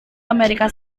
amerika